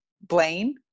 Blaine